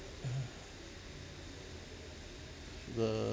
(uh huh) the